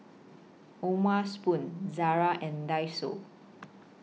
O'ma Spoon Zara and Daiso